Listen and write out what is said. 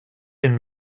and